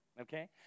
Okay